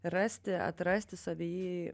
rasti atrasti savy